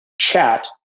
chat